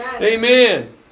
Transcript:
Amen